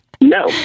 No